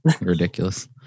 Ridiculous